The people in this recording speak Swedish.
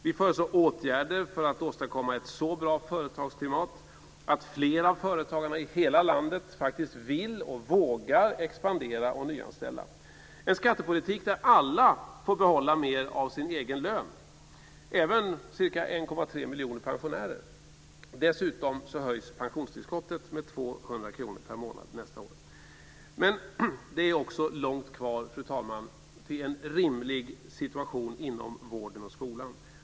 Vi föreslår åtgärder för att åstadkomma ett så bra företagsklimat att fler av företagarna i hela landet faktiskt vill och vågar expandera och nyanställa, en skattepolitik där alla får behålla mer av sin egen lön, även ca Men det är också långt kvar, fru talman, till en rimlig situation inom vården och skolan.